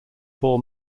four